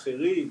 אחרים,